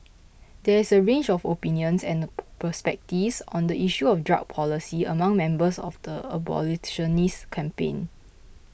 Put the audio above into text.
there is a range of opinions and perspectives on the issue of drug policy among members of the abolitionist campaign